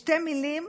בשתי מילים